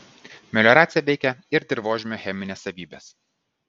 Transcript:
melioracija veikia ir dirvožemio chemines savybes